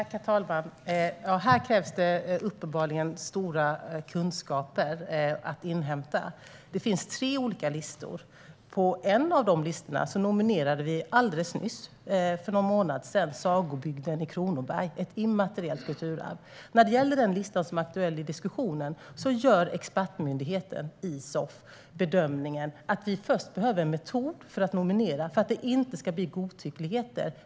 Herr talman! Här krävs det uppenbarligen att stora kunskaper inhämtas. Det finns tre olika listor. Till en av dessa listor nominerade vi för någon månad sedan Sagobygden i Kronoberg - ett immateriellt kulturarv. När det gäller den lista som är aktuell i diskussionen gör expertmyndigheten, Isof, bedömningen att vi först behöver en metod för att nominera för att det inte ska bli godtyckligheter.